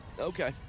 Okay